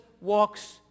walks